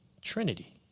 Trinity